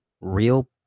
real